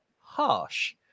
Harsh